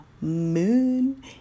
moon